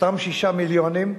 אותם שישה מיליונים.